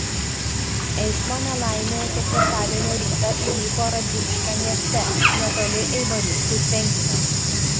eismo nelaimė ketvirtadienio rytą įvyko radviliškio mieste netoli eibariškių tvenkinio